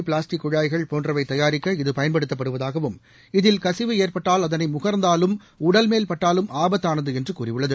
plastic குழாய்கள் போன்றவற்றைதயாரிக்க இது பயன்படுத்தப்படுவதாகவும் இதில் கசிவு ஏற்பட்டால் அதனைமுகர்ந்தாலும்உடல் மேல் பட்டாலும் ஆபத்தானதுஎன்றுகூறியுள்ளது